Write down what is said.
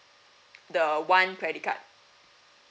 the one credit card